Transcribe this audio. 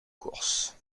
course